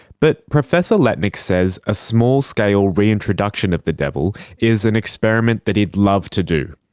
but professor letnic says a small-scale reintroduction of the devil is an experiment that he'd love to do.